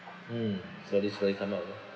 mm satisfactory come out again